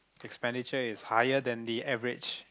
expenditure is higher than the average